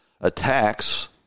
attacks